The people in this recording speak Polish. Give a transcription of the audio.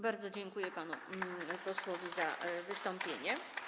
Bardzo dziękuję panu posłowi za wystąpienie.